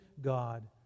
God